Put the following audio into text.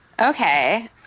Okay